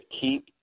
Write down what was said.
keep